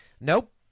nope